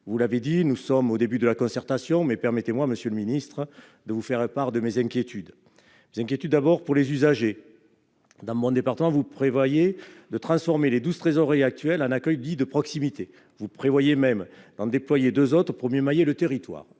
nous en sommes au début de la concertation, mais permettez-moi de vous faire part de mes inquiétudes. Je m'inquiète d'abord pour les usagers. Dans mon département, vous prévoyez de transformer les 12 trésoreries actuelles en accueils dits « de proximité ». Vous prévoyez même d'en déployer 2 autres pour mieux mailler le territoire.